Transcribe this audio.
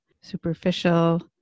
superficial